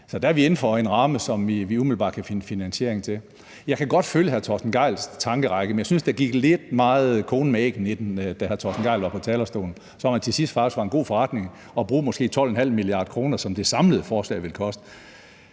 Så der er vi inden for en ramme, som vi umiddelbart kan finde finansiering til. Jeg kan godt følge hr. Torsten Gejls tankerække, men jeg synes, der gik lidt meget konen med æggene i den, da hr. Torsten Gejl var på talerstolen, som om det til sidst faktisk var en god forretning at bruge måske 12,5 mia. kr., som det samlede forslag vil koste.